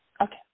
Okay